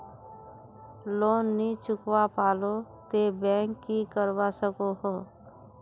Loan नी चुकवा पालो ते बैंक की करवा सकोहो?